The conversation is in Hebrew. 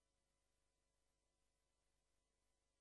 כלומר,